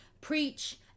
preach